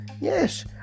yes